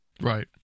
Right